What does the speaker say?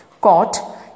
Caught